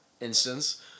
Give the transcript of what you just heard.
instance